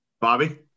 Bobby